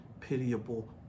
pitiable